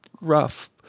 rough